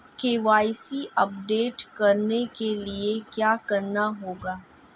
KYC update करने के लिए क्या करना होगा?